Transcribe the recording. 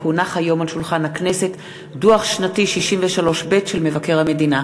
כי הונח היום על שולחן הכנסת דוח שנתי 63ב של מבקר המדינה.